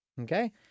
okay